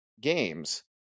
games